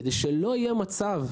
כדי לא להגיע למצב,